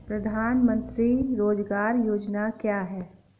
प्रधानमंत्री रोज़गार योजना क्या है?